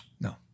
No